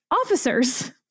officers